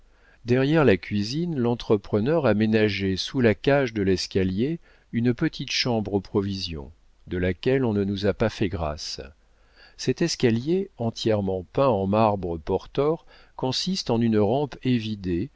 derrière la cuisine l'entrepreneur a ménagé sous la cage de l'escalier une petite chambre aux provisions de laquelle on ne nous a pas fait grâce cet escalier entièrement peint en marbre portor consiste en une rampe évidée